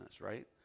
right